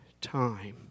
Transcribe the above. time